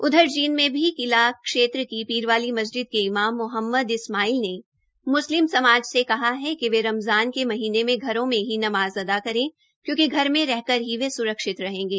उधर जींद में भी किला क्षेत्र की पीरवाली मस्जिद के इमाम मोहम्मद इस्माइल ने मुस्लिम समाज से कहा कि वे रमज़ान के महीने में घरों में ही नमाज़ अदा करे क्योंकि घर से रहकर ही वे स्रक्षित रहेंगे